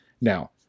Now